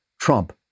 Trump